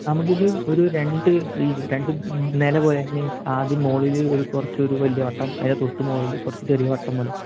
നമ്മൾക്കിത് ഒരു രണ്ട് ഈ രണ്ട് നിലപോലെ മീൻസ് ആദ്യം മുകളിൽ ഒരു കുറച്ചൊരു വലിയ വട്ടം അതിൻ്റെ തൊട്ട് മുകളിൽ കുറച്ച് ചെറിയ വട്ടം പോലെ